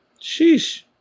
sheesh